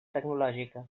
tecnològica